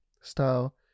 style